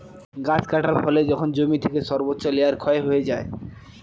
গাছ কাটার ফলে যখন জমি থেকে সর্বোচ্চ লেয়ার ক্ষয় হয়ে যায়